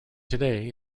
today